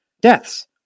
Deaths